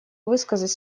высказать